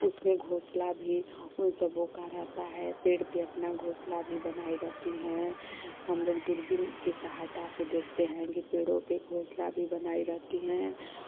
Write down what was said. उसमें घोंसला भी उन सबों का रहता है पेड़ पर अपना घोंसला भी बनाए रहती हैं हमलोग दूरबीन के सहायता से देखते हैं कि पेड़ों पर घोसला भी बनाए रहती हैं